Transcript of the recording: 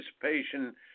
participation